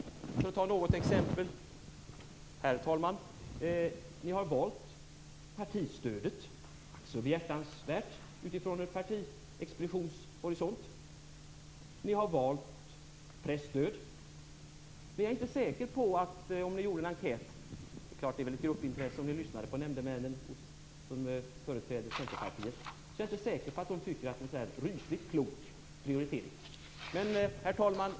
Centerpartiet har t.ex. i stället valt partistödet. Det är ju också behjärtansvärt från en partiexpeditionshorisont. Centerpartiet har också valt presstöd. I och för sig är väl det här ett gruppintresse, om man lyssnar på de nämndemän som företräder Centerpartiet. Men om man gjorde en enkät är jag inte säker på att nämndemännen tycker att det är någon särskilt rysligt klok prioritering. Herr talman!